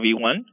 V1